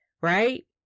Right